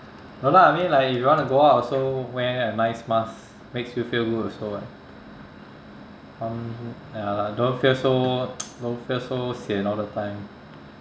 no lah I mean like if you want to go out also wear a nice mask makes you feel good also [what] um ya like don't feel so don't feel so sian all the time